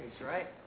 right